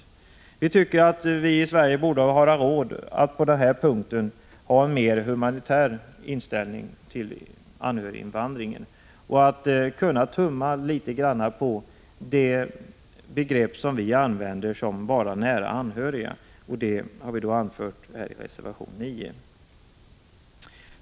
Jag tycker att man här i Sverige borde ha råd med en mer humanitär inställning till anhöriginvandringen. Man måste kunna tumma litet på begreppet ”vara nära anhörig”. Det har vi anfört i reservation 9.